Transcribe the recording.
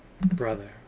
brother